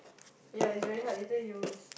ya it's very hard that's why you